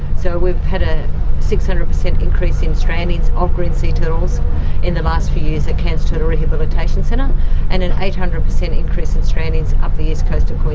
so we've had a six hundred percent increase in strandings of green sea turtles in the last few years at cairns turtle rehabilitation and an eight hundred percent increase in strandings up the east coast of